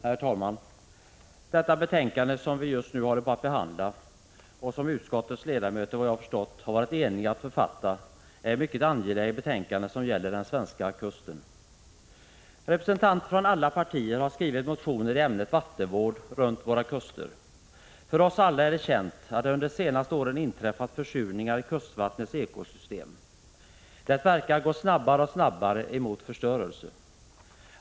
Herr talman! Det betänkande som vi just nu håller på att behandla och som utskottets ledamöter, efter vad jag har förstått, har varit eniga att författa, är ett mycket angeläget betänkande som gäller den svenska kusten. Representanter från alla partier har skrivit motioner i ämnet vattenvård runt våra kuster. För oss alla är det känt att det under de senaste åren inträffat försurningar i kustvattnets ekosystem. Det verkar gå snabbare och snabbare emot förstörelse.